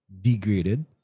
degraded